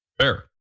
Fair